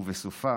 ובסופה